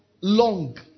long